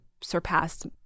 surpassed